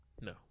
No